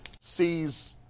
sees